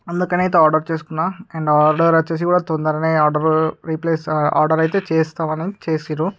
అందుకని అయితే ఆర్డరు చేసుకున్నా అండ్ ఆర్డరు వచ్చేసి వారు తొందరగానే ఆర్డరు రిప్లెసు ఆర్డర్ అయితే చేస్తామని చేసారు